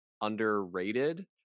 underrated